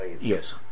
Yes